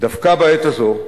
דווקא בעת הזאת,